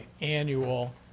annual